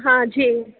हां झिल